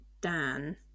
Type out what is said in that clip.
Dan